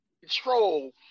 control